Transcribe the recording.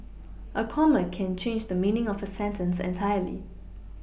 a comma can change the meaning of a sentence entirely